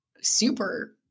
super